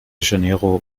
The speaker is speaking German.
janeiro